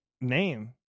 name